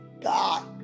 God